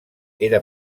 era